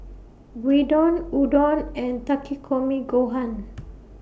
Gyudon Udon and Takikomi Gohan